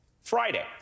Friday